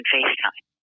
FaceTime